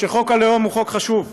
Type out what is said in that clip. שחוק הלאום הוא חוק חשוב,